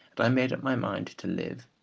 and i made up my mind to live,